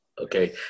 okay